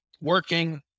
working